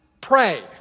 pray